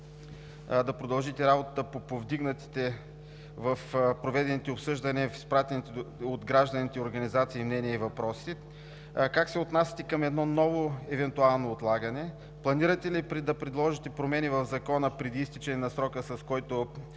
да продължите работата по повдигнатите в проведените обсъждания, в изпратените от гражданите и организации мнения и въпроси? Как се отнасяте към едно ново евентуално отлагане? Планирате ли да предложите промени в Закона преди изтичане на срока, с който